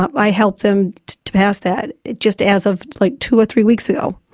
i helped them to pass that, just as of like two or three weeks ago.